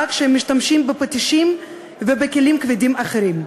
כשהם משתמשים בפטישים ובכלים כבדים אחרים.